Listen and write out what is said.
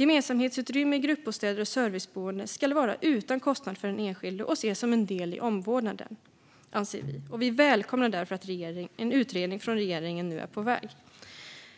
Gemensamhetsutrymmen i gruppbostäder och serviceboenden ska vara utan kostnad för den enskilde och ses som en del i omvårdnaden, anser vi. Vi välkomnar därför att en utredning från regeringen är på väg.